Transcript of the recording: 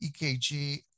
EKG